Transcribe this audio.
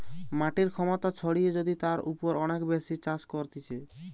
মাটির ক্ষমতা ছাড়িয়ে যদি তার উপর অনেক বেশি চাষ করতিছে